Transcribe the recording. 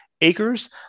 acres